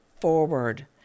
forward